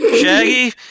Shaggy